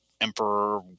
emperor